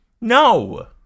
No